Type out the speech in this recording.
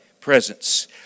Presence